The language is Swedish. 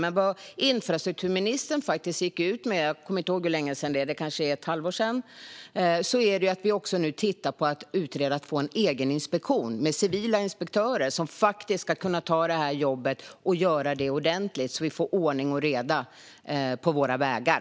Som infrastrukturministern gick ut med för kanske ett halvår sedan - jag kommer inte ihåg hur länge sedan det är - tittar vi nu också på att utreda om vi kan få en egen inspektion med civila inspektörer som ska kunna ta detta jobb och göra det ordentligt, så att vi får ordning och reda på våra vägar.